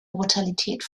brutalität